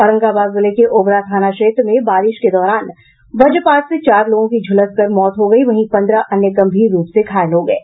औरंगाबाद जिले के ओबरा थाना क्षेत्र में बारिश के दौरान वजपात से चार लोगों की झुलसकर मौत हो गयी वहीं पंद्रह अन्य गंभीर रूप से घायल हो गये